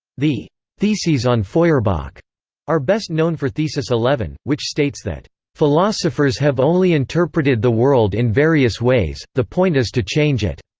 the theses on feuerbach are best known for thesis eleven, which states that philosophers have only interpreted the world in various ways, the point is to change it.